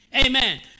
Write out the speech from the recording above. Amen